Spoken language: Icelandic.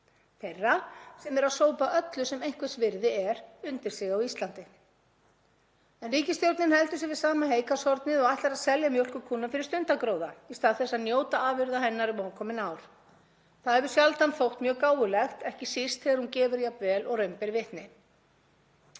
þeirra sem eru að sópa öllu sem er einhvers virði undir sig á Íslandi. En ríkisstjórnin heldur sig við sama heygarðshornið og ætlar að selja mjólkurkúna fyrir stundargróða í stað þess að njóta afurða hennar um ókomin ár. Það hefur sjaldan þótt mjög gáfulegt, ekki síst þegar hún gefur jafn vel og raun ber vitni.